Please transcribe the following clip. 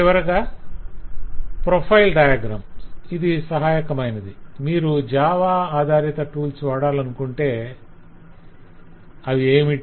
చివరగా profile diagram సహాయకమైనది - మీరు జావా ఆధారిత టూల్స్ వాడలనుకొంటే అవి ఏమిటి